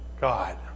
God